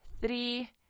Three